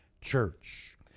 church